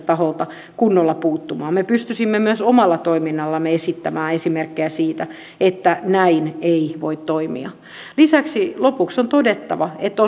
taholta kunnolla puuttumaan me pystyisimme myös omalla toiminnallamme esittämään esimerkkejä siitä että näin ei voi toimia lisäksi lopuksi on todettava että